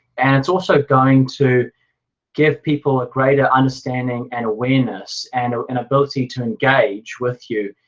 and it's also going to give people a greater understanding and awareness and an ability to engage with you,